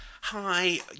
Hi